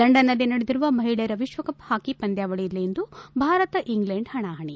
ಲಂಡನ್ನಲ್ಲಿ ನಡೆದಿರುವ ಮಹಿಳೆಯರ ವಿಶ್ವಕಪ್ ಹಾಕಿ ಪಂದ್ಲಾವಳಿಯಲ್ಲಿ ಇಂದು ಭಾರತ ಇಂಗ್ಲೆಂಡ್ ಹಣಾಹಣೆ